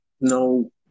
no